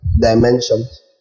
dimensions